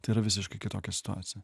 tai yra visiškai kitokia situacija